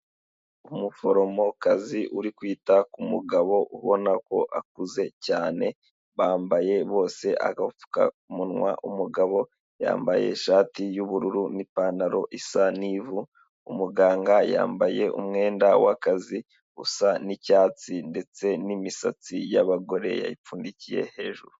Umuforomokazi uri kwita ku mugabo ubona ko akuze cyane, bambaye bose agapfukamunwa. Umugabo yambaye ishati y'ubururu n'ipantaro isa ni ivu, umuganga yambaye umwenda w'akazi usa n'icyatsi ndetse n'misatsi y'abagore yayipfundikiye hejuru.